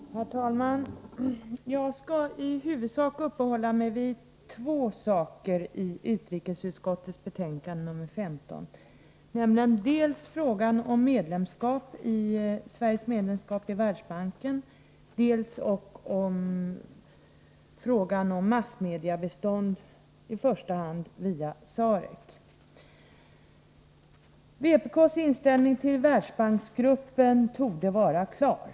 Herr talman! Jag skall i huvudsak uppehålla mig vid två frågor i utrikesutskottets betänkande nr 15, nämligen dels frågan om Sveriges medlemskap i Världsbanken, dels frågan om massmediabistånd, i första hand via SAREC. Vpk:s inställning till Världsbanksgruppen torde vara klar.